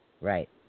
Right